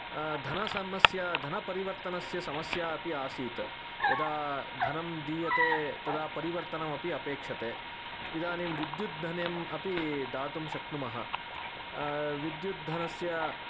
धनसमस्या धनपरिवर्तनस्य समस्या अपि आसीत् यदा धनं दीयते तदा परिवर्तनमपि अपेक्षते इदानीं विद्युत् धनम् अपि दातुं शक्नुमः विद्युत् धनस्य